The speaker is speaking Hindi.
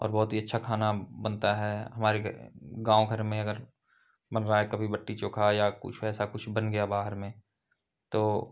और बहुत ही अच्छा खाना बनता है हमारे गाँव घर में अगर बन रहा है कभी लिट्टी चोखा या कुछ ऐसा कुछ बन गया बाहर में तो